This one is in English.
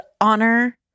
honor